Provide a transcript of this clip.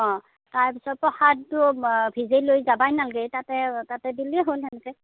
অ' তাৰপিছত প্রসাদটো ভিজে লৈ যাবই নালাগে তাতে তাতে দিলে হ'ল তেনেকৈ